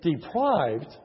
deprived